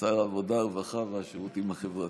שר העבודה, הרווחה והשירותים החברתיים.